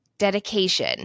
dedication